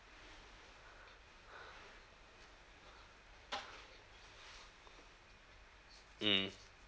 mm